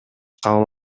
кабыл